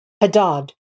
Hadad